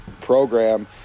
program